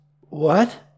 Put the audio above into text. What